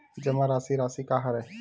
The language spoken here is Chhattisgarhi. जमा राशि राशि का हरय?